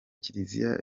kiliziya